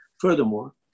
Furthermore